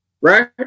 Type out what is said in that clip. right